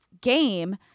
game